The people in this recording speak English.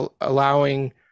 allowing